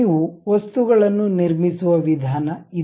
ನೀವು ವಸ್ತುಗಳನ್ನು ನಿರ್ಮಿಸುವ ವಿಧಾನ ಇದು